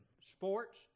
sports